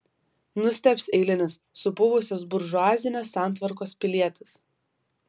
nustebs eilinis supuvusios buržuazinės santvarkos pilietis